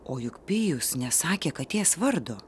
o juk pijus nesakė katės vardo